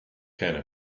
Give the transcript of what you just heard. keine